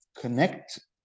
connect